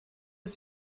ist